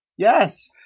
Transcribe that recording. Yes